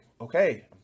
okay